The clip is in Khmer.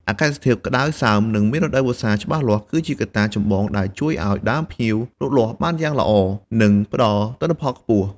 អាកាសធាតុក្តៅសើម និងមានរដូវវស្សាច្បាស់លាស់ គឺជាកត្តាចម្បងដែលជួយឱ្យដើមផ្ញៀវលូតលាស់បានយ៉ាងល្អ និងផ្តល់ទិន្នផលខ្ពស់។